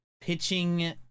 pitching